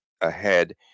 ahead